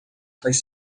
faz